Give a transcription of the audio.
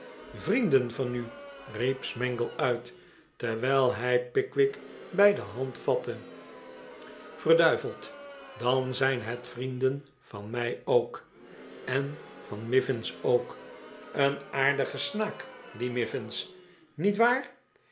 vrienden van u riep smangle uit terwijl hij pickwick bij de hand vatte verduiveld dan zijn het vrienden van mij ook en van mivins ook een aardige snaak die mivins niet waar